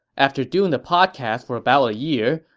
after doing the podcast for about a year,